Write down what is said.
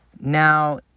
Now